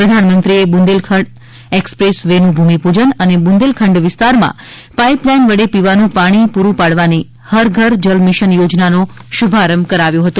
પ્રધાનમંત્રીએ બુંદેલખંડ એક્સપ્રેસ વેનું ભૂમિ પૂજન અને બુંદેલખંડ વિસ્તારમાં પાઇપલાઇન વડે પીવાનું પાણી પુરૂ પાડવાની હર ઘર જલ મિશન યોજનાનો શુભારંભ કરાવ્યો હતો